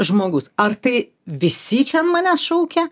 žmogus ar tai visi čia ant manęs šaukia